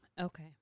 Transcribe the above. Okay